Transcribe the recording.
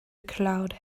cloud